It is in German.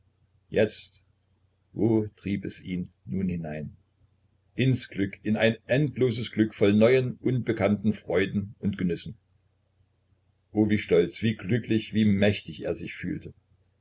jetzt wo trieb es ihn nun hinein ins glück in ein endloses glück voll von neuen ungekannten freuden und genüssen oh wie stolz wie glücklich wie mächtig er sich fühlte